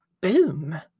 boom